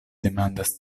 demandas